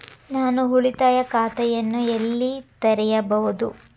ನಾನು ಉಳಿತಾಯ ಖಾತೆಯನ್ನು ಎಲ್ಲಿ ತೆರೆಯಬಹುದು?